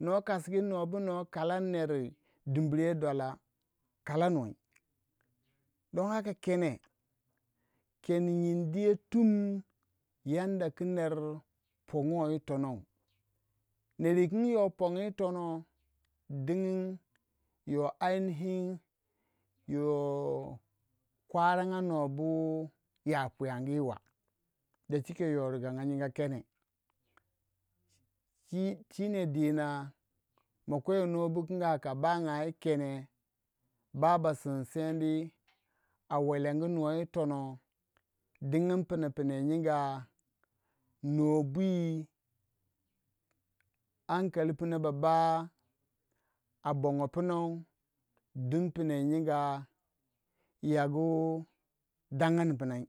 nor kasiyu nor bu nor kasan nere kalanuwei kene nyindi yey tum yanda ku ner pongo yi tonou neru hing yoh pongo yitonoh digin yoh dohaka yo kwaranga no bu ya poyangi wa ai nihi nyinga kene. dina makwe nobo kunga ka bengai yi kene ba ba sinsendi wei engu puwa yitonoh dingin pina ba nyinga nobwi ahin kali ba bah a bango punou din pine nyinka yagu dangani pnai.